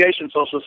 social